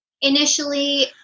Initially